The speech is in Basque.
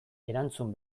erantzun